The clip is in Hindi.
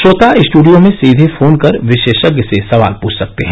श्रोता स्ट्डियो में सीधे फोन कर विशेषज्ञ से सवाल पृष्ठ सकते हैं